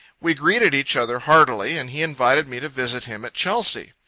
we greeted each other heartily, and he invited me to visit him at chelsea.